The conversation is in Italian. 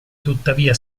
tuttavia